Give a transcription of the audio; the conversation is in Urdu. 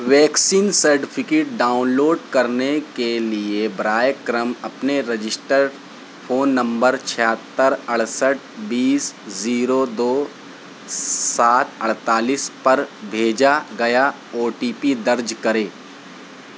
ویکسین سرٹیفکیٹ ڈاؤنلوڈ کرنے کے لیے براہ کرم اپنے رجسٹرڈ فون نمبر چھہتر اڑسٹھ بیس زیرو دو سات اڑتالیس پر بھیجا گیا او ٹی پی درج کریں